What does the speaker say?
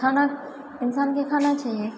खाना इन्सानके खाना चाहिए